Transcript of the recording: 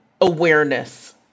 awareness